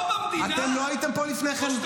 אתם לא הייתם פה לפני כן?